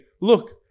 Look